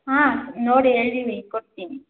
ಹಾಂ ನೋಡಿ ಹೇಳಿವಿ ಕೊಡ್ತೀನಿ